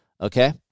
okay